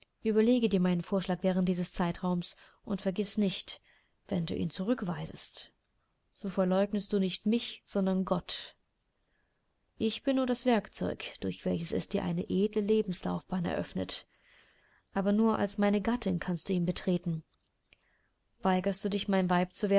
überlege dir meinen vorschlag während dieses zeitraums und vergiß nicht wenn du ihn zurückweisest so verleugnest du nicht mich sondern gott ich bin nur das werkzeug durch welches er dir eine edle lebenslaufbahn eröffnet aber nur als meine gattin kannst du ihn betreten weigerst du dich mein weib